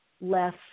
less